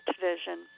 vision